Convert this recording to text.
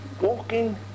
walking